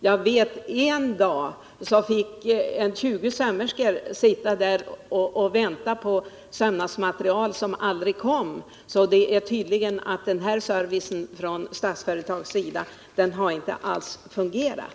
Jag vet att en dag fick 20 sömmerskor sitta och vänta på sömnadsmaterial som aldrig kom, så det är tydligt att den servicen från Statsföretag inte alls har fungerat.